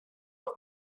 nói